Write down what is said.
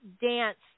dance